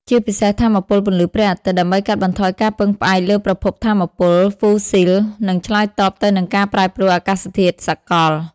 ជាពិសេសថាមពលពន្លឺព្រះអាទិត្យ ដើម្បីកាត់បន្ថយការពឹងផ្អែកលើប្រភពថាមពលហ្វូស៊ីល និងឆ្លើយតបទៅនឹងការប្រែប្រួលអាកាសធាតុសកល។